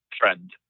trend